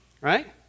right